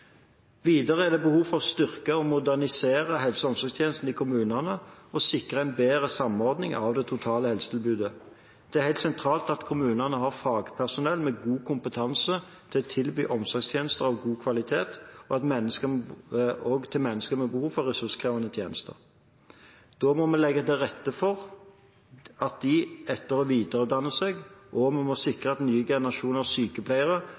Videre er det behov for å styrke og modernisere helse- og omsorgstjenesten i kommunene og sikre en bedre samordning av det totale helsetilbudet. Det er helt sentralt at kommunene har fagpersonell med god kompetanse til å tilby omsorgstjenester av god kvalitet òg til mennesker med behov for ressurskrevende tjenester. Da må vi legge til rette for at de etter- og videreutdanner seg, og vi må sikre at nye generasjoner sykepleiere,